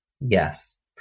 Yes